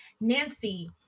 Nancy